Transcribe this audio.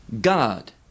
God